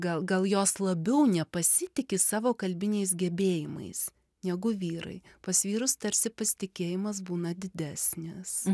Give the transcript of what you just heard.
gal gal jos labiau nepasitiki savo kalbiniais gebėjimais negu vyrai pas vyrus tarsi pasitikėjimas būna didesnis